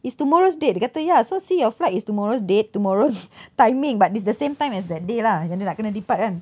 it's tomorrow's date dia kata ya so see your flight is tomorrow's date tomorrow's timing but it's the same time as that day lah yang dia nak kena depart kan